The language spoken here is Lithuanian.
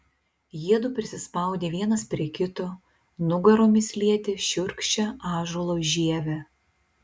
jiedu prisispaudė vienas prie kito nugaromis lietė šiurkščią ąžuolo žievę